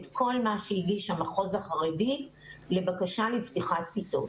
את כל מה שהגיש המחוז החרדי לבקשה לפתיחת כיתות.